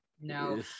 no